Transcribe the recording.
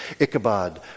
Ichabod